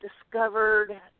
discovered